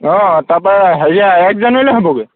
অঁ তাৰপৰা হেৰিয়া এক জানুৱাৰীলৈ হ'বগৈ